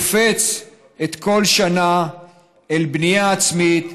קופץ כל שנה אל בנייה עצמית,